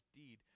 deed